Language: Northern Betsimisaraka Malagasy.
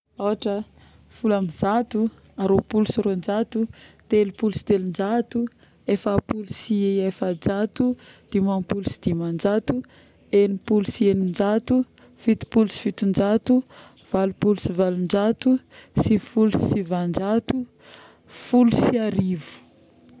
ôhatra foloambizato, aroapolo sy roanjato, telopolo sy telonjaton, efapolo sy efajato, dimampolo sy dimanjato, enimpolo sy eninjato, fitopolo sy fitonjato, valopolo sy valonjato, sivifolo sy sivinjato, folo sy arivo.